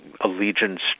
allegiance